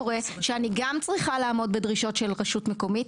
קורה שאני גם צריכה לעמוד בדרישות של רשות מקומית,